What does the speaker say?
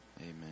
Amen